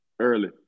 early